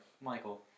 Michael